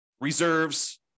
reserves